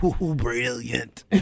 Brilliant